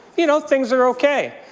you know, things are okay.